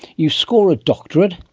you score a doctorate,